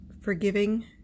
forgiving